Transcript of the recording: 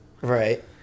Right